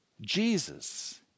Jesus